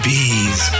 Bees